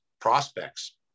prospects